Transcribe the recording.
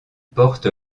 porte